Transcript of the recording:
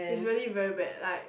is really very bad like